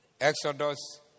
Exodus